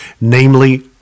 namely